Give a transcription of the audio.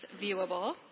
viewable